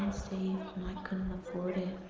like couldn't afford it.